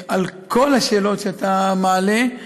על כל השאלות שאתה מעלה,